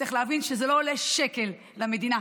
צריך להבין שזה לא עולה שקל למדינה,